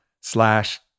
slash